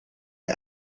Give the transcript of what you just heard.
the